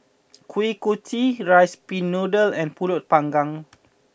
Kuih Kochi Rice Pin Noodles and Pulut Panggang